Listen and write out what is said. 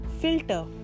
filter